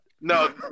No